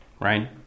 right